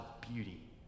beauty